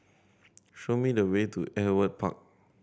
show me the way to Ewart Park